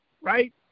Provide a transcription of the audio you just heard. right